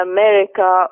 America